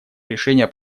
решения